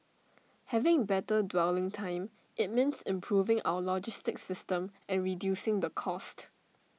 having better dwelling time IT means improving our logistic system and reducing the cost